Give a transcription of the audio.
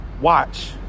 watch